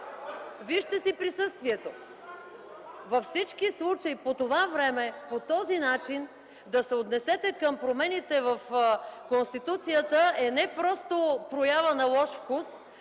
Вижте вашето! МАЯ МАНОЛОВА: Във всички случаи по това време, по този начин да се отнесете към промените в Конституцията е не просто проява на лош вкус,